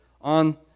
on